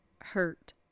hurt